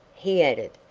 he added,